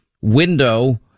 window